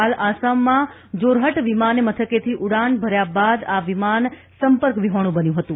હાલ આસામમાં જોરહટ વિમાનીમથકેથી ઉડાન ભર્યા બાદ આ વિમાન સંપર્ક વિહોણું બન્યું હતું